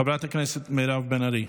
חברת הכנסת מירב בן ארי,